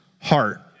heart